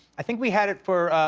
i think we had it for